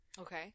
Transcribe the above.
okay